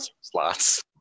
Slots